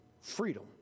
Freedom